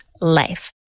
life